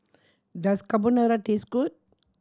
does Carbonara taste good